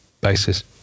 basis